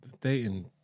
Dating